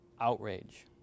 outrage